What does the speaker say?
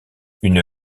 une